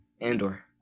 Andor